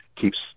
keeps